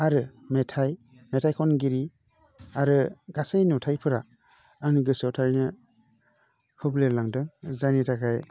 आरो मेथाइ मेथाइ खनगिरि आरो गासै नुथायफोरा आंनि गोसोआव थारैनो हुब्लेलांदों जायनि थाखाय